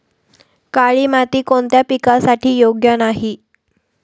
काळी माती कोणत्या पिकासाठी योग्य नाही?